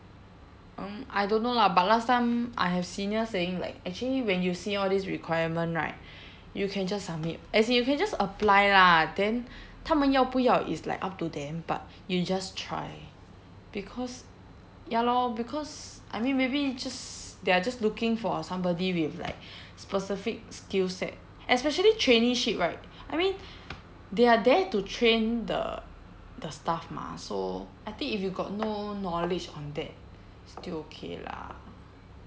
um I don't know lah but last time I have seniors saying like actually when you see all these requirement right you can just submit as in you can just apply lah then 他们要不要 is like up to them but you just try because ya lor because I mean maybe just they are just looking for somebody with like specific skill set especially traineeship right I mean they are there to train the the staff mah so I think if you got no knowledge on that still okay lah